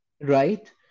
right